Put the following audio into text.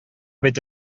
бит